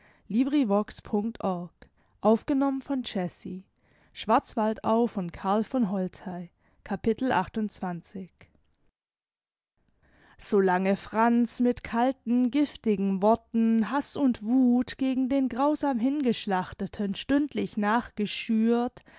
so lange franz mit kalten giftigen worten haß und wuth gegen den grausam hingeschlachteten stündlich nachgeschürt